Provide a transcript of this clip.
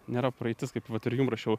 nėra praeitis kaip vat ir jum rašiau